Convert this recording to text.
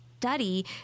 study